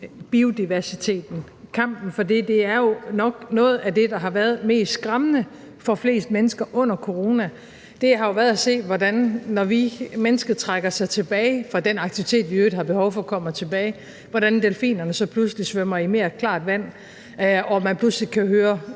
biodiversiteten og kampen for det. Noget af det, der jo nok har været mest skræmmende for flest mennesker under coronaen, har været at se, hvordan, når vi mennesker trækker os tilbage fra den aktivitet, vi i øvrigt har behov for kommer tilbage, delfinerne så pludselig svømmer i mere klart vand, og man mange